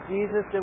Jesus